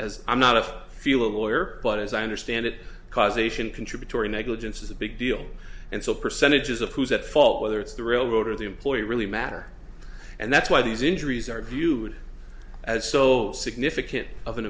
as i'm not a feel a lawyer but as i understand it causation contributory negligence is a big deal and so percentages of who's at fault whether it's the railroad or the employee really matter and that's why these injuries are viewed as so significant of an